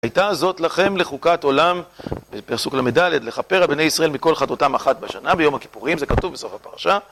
הייתה זאת לכם לחוקת עולם, פסוק לד, לכפר על בני ישראל מכל חטאותם אחת בשנה ביום הכיפורים, זה כתוב בסוף הפרשה.